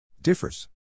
Differs